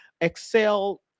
excel